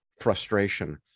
frustration